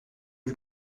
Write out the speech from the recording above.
lui